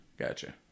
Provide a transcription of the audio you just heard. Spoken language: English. Gotcha